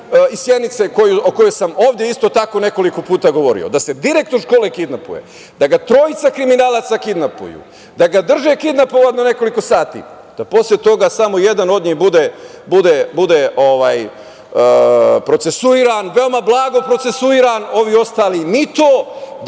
iz Sjenice o kojoj sam ovde isto tako nekoliko puta govorio, da se direktor škole kidnapuje, da ga trojica kriminalaca kidnapuju, da ga drže kidnapovanog nekoliko sati, da posle toga samo jedan od njih bude procesuiran, veoma blago procesuiran, ovi ostali ni to,